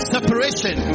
Separation